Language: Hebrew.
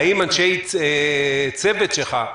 האם אנשים בצוות שלך,